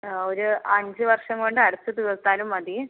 ആ ഒര് അഞ്ച് വർഷം കൊണ്ട് അടച്ച് തീർത്താലും മതി